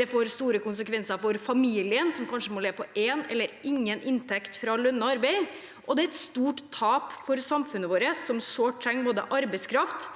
Det får store konsekvenser for familien, som kanskje må leve på én eller ingen inntekt fra lønnet arbeid. Og det er et stort tap for samfunnet vårt, som sårt trenger både arbeidskraft